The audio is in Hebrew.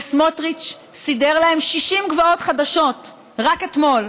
וסמוטריץ סידר להם 60 גבעות חדשות רק אתמול,